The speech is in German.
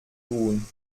tun